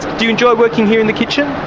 do you enjoy working here in the kitchen?